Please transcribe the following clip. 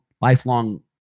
lifelong